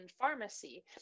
pharmacy